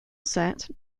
set